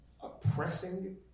oppressing